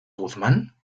guzmán